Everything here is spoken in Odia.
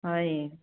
ହଇ